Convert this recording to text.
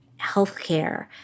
healthcare